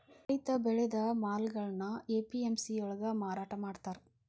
ರೈತ ಬೆಳೆದ ಮಾಲುಗಳ್ನಾ ಎ.ಪಿ.ಎಂ.ಸಿ ಯೊಳ್ಗ ಮಾರಾಟಮಾಡ್ತಾರ್